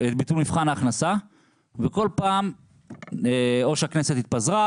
את ביטול מבחן ההכנסה וכל פעם או שהכנסת התפזרה,